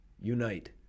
unite